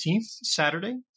Saturday